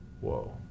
Whoa